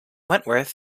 wentworth